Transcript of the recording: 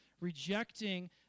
rejecting